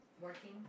working